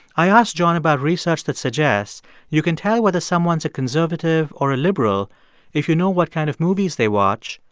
i asked john about research that suggests you can tell whether someone's a conservative or a liberal if you know what kind of movies they watch,